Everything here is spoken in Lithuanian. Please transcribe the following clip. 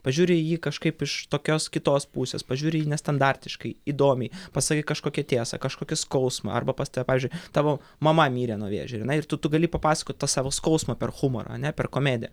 pažiūri į jį kažkaip iš tokios kitos pusės pažiūri į jį nestandartiškai įdomiai pasakai kažkokią tiesą kažkokį skausmą arba pas tave pavyzdžiui tavo mama mirė nuo vėžio ir na ir tu tu gali papasakot tą savo skausmą per humorą ar ne per komediją